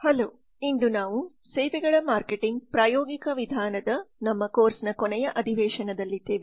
hello ಆದ್ದರಿಂದ ಇಂದು ನಾವು ಸೇವೆಗಳ ಮಾರ್ಕೆಟಿಂಗ್ ಪ್ರಾಯೋಗಿಕ ವಿಧಾನದ ನಮ್ಮ ಕೋರ್ಸ್ನ ಕೊನೆಯ ಅಧಿವೇಶನದಲ್ಲಿದ್ದೇವೆ